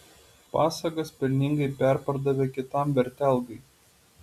pasagas pelningai perpardavė kitam vertelgai